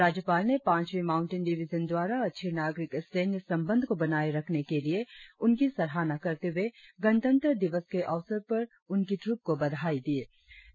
राज्यपाल ने पांचवी माउण्टेन डिविजन द्वारा अच्छी नागरिक सैन्य संबध को बनाए रखने के लिए उनकी सराहना करते हुए गणतंत्र दिवस के अवसर पर उनकी ट्रुप को बधाई देने का आग्रह किया